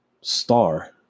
star